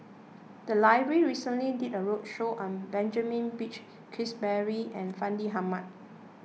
the library recently did a roadshow on Benjamin Peach Keasberry and Fandi Ahmad